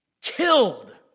killed